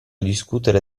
discutere